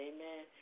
Amen